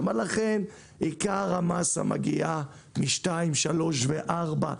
עיקר המסה מגיעה מאשכולות 2, 3 ו-4.